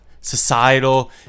societal